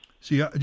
See